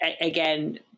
again